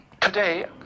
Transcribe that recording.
Today